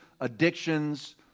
addictions